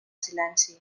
silenci